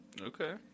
okay